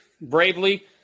bravely